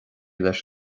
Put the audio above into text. leis